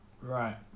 Right